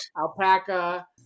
Alpaca